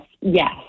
yes